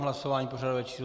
Hlasování pořadové číslo 39.